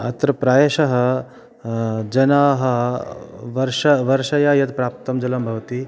अत्र प्रायशः जनाः वर्ष वर्षया यत् प्राप्तं जलं भवति